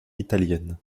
italienne